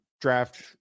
draft